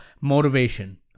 motivation